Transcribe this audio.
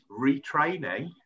retraining